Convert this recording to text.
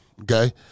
okay